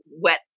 wet